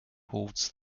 holds